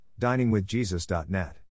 diningwithjesus.net